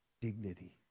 dignity